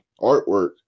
artwork